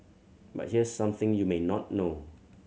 but here's something you may not know